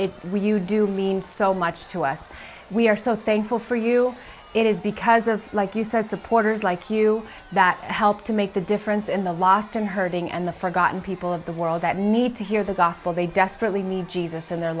we you do mean so much to us we are so thankful for you it is because of like you said supporters like you that help to make the difference in the lost and hurting and the forgotten people of the world that need to hear the gospel they desperately need jesus in their